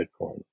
Bitcoin